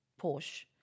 Porsche